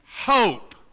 hope